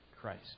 Christ